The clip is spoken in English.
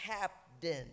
captain